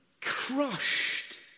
crushed